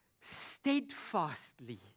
steadfastly